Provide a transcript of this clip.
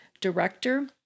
director